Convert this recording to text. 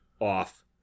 off